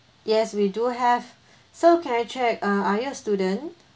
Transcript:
yes we do have so can I check uh are you a student